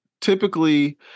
Typically